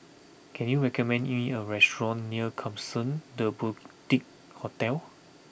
can you recommend me a restaurant near Klapsons The Boutique Hotel